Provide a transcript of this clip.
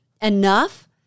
enough